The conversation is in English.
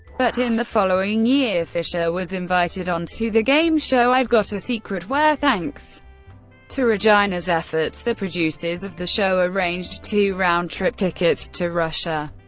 but in the following year fischer was invited onto the game show i've got a secret, where, thanks to regina's efforts, the producers of the show arranged two round-trip tickets to russia.